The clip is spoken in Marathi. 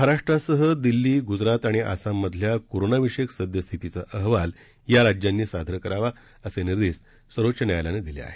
महाराष्ट्रासह दिल्ली गुजरात आणि आसाममधल्या कोरोनाविषयक सद्यस्थितीचा अहवाल या राज्यांनी सादर करावा असे निर्देश सर्वोच्च न्यायालयानं दिले आहेत